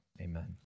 Amen